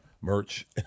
merch